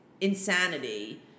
insanity